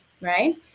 right